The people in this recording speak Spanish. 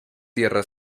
tierra